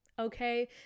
okay